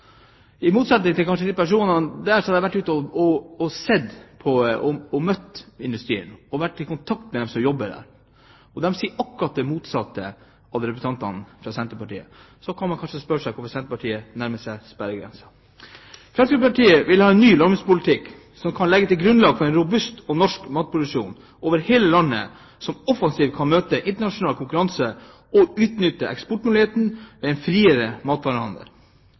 I motsetning til kanskje disse personene har jeg vært ute og sett på industrien og vært i kontakt med dem som jobber der. De sier akkurat det motsatte av representantene fra Senterpartiet. Så kan man kanskje spørre seg hvorfor Senterpartiet nærmer seg sperregrensen. Fremskrittspartiet vil ha en ny landbrukspolitikk som kan legge grunnlaget for en robust norsk matproduksjon over hele landet, og som offensivt kan møte internasjonal konkurranse og utnytte eksportmuligheter ved en friere matvarehandel.